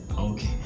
okay